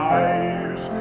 eyes